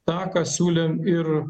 tą ką siūlėm ir